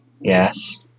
Yes